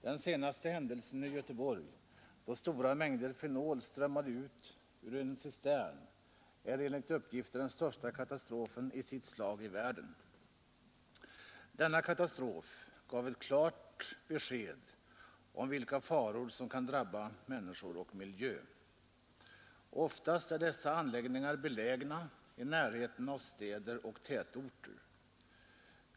Den senaste händelsen i Göteborg, då stora mängder fenol strömmade ut ur en cistern, är enligt uppgift den största katastrofen i sitt slag i världen. Denna katastrof gav väl klart besked om vilka faror som kan drabba människor och miljö. Oftast är dessa anläggningar belägna i närheten av städer och tätorter.